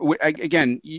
again